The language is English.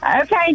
Okay